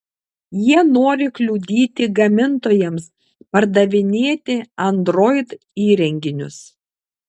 jie nori kliudyti gamintojams pardavinėti android įrenginius